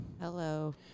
Hello